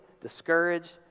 discouraged